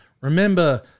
remember